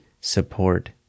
support